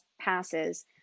passes